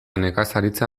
nekazaritza